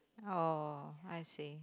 oh I see